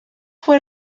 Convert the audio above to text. fue